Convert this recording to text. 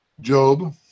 Job